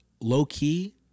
low-key